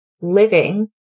living